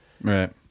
Right